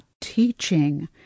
teaching